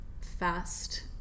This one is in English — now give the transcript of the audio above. fast